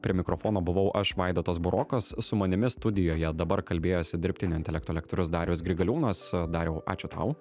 prie mikrofono buvau aš vaidotas burokas su manimi studijoje dabar kalbėjosi dirbtinio intelekto lektorius darius grigaliūnas dariau ačiū tau